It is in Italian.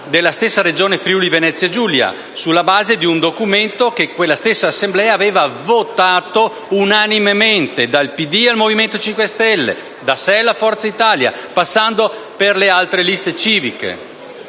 della stessa Regione Friuli-Venezia Giulia, sulla base di un documento che quella stessa assemblea aveva votato unanimemente, dal PD al Movimento 5 Stelle, da SEL a Forza Italia, passando per le altre liste civiche.